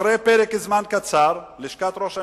אחרי פרק זמן קצר, לשכת ראש הממשלה,